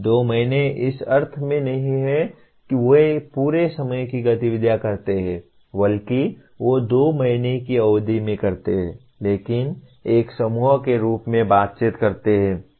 2 महीने इस अर्थ में नहीं कि वे पूरे समय की गतिविधि करते हैं बल्कि वे 2 महीने की अवधि में करते हैं लेकिन एक समूह के रूप में बातचीत करते हैं